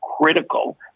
critical